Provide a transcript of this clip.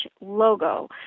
logo